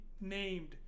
named